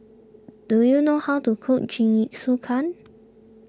do you know how to cook Jingisukan